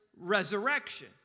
Resurrection